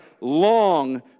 long